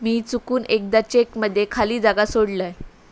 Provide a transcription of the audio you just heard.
मी चुकून एकदा चेक मध्ये खाली जागा सोडलय